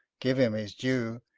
give him his due,